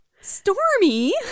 Stormy